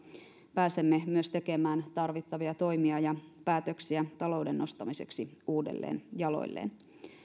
pääsemme myös tekemään tarvittavia toimia ja päätöksiä talouden nostamiseksi uudelleen jaloilleen